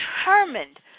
determined